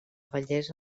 bellesa